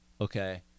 Okay